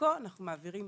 שדרכו אנחנו מעבירים